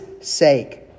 sake